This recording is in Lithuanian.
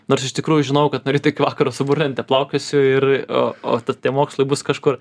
nors iš tikrųjų žinojau kad nuo ryto iki vakaro su burlente plaukiosiu ir o tie mokslai bus kažkur